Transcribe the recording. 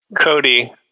Cody